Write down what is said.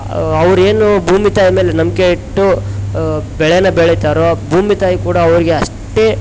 ಅವ್ರೇನು ಭೂಮಿ ತಾಯಿ ಮೇಲೆ ನಂಬಿಕೆ ಇಟ್ಟು ಬೆಳೆನ ಬೆಳಿತಾರೋ ಭೂಮಿ ತಾಯಿ ಕೂಡ ಅವರಿಗೆ ಅಷ್ಟೇ